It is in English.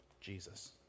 Jesus